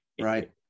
right